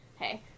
Hey